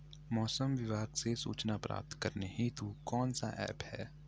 मौसम विभाग से सूचना प्राप्त करने हेतु कौन सा ऐप है?